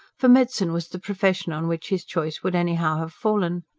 for medicine was the profession on which his choice would anyhow have fallen.